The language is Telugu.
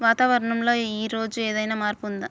వాతావరణం లో ఈ రోజు ఏదైనా మార్పు ఉందా?